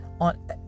on